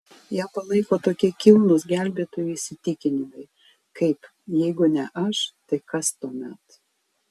ją palaiko tokie kilnūs gelbėtojų įsitikinimai kaip jeigu ne aš tai kas tuomet